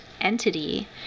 entity